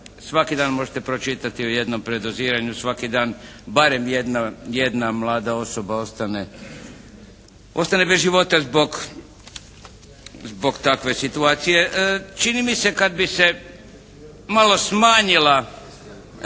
svaki dan možete pročitati o jednom predoziranju, svaki dan barem jedna mlada osoba ostane bez života zbog takve situacije. Čini mi se kad bi se malo smanjila,